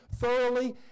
thoroughly